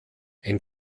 ein